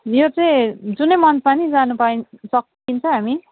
यो चाहिँ जुनै मन्थमा नि जानु पाइन् सकिन्छ हामी